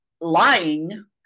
lying